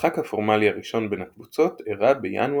המשחק הפורמלי הראשון בין הקבוצות אירע בינואר